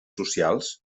socials